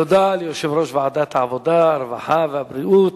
תודה ליושב-ראש ועדת העבודה, הרווחה והבריאות,